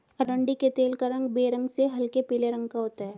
अरंडी के तेल का रंग बेरंग से हल्के पीले रंग का होता है